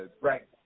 Right